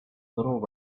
little